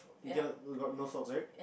we gathered you got no source right